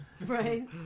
right